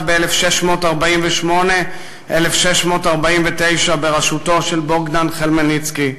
ב-1648 1649 בראשותו של בוגדן חמלניצקי,